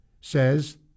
says